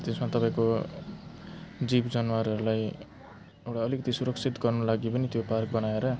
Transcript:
त्यसमा तपाईँको जीव जनावरहरूलाई एउटा अलिकति सुरक्षित गर्न लागि पनि त्यो पार्क बनाएर